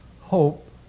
Hope